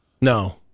no